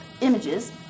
Images